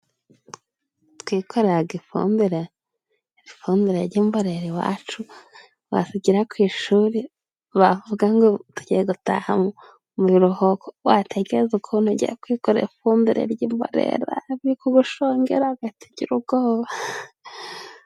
Twikoreraga ifumbire jy'imborera iwacu, wagera ku ishuri bavuga ngo tugiye gutaha mu biruhuko, watekereza ukuntu ugiye kwikorera ifumbire ry'imborera biri kugushongera, ugahita ugira ubwoba.